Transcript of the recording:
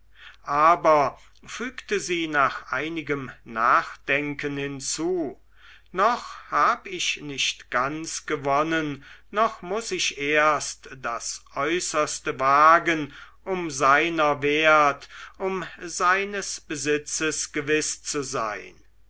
aber fügte sie nach einigem nachdenken hinzu noch hab ich nicht ganz gewonnen noch muß ich erst das äußerste wagen um seiner wert um seines besitzes gewiß zu sein